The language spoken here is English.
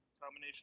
combination